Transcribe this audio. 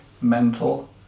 mental